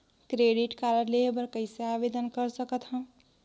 Credit card लेहे बर कइसे आवेदन कर सकथव?